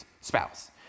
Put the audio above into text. spouse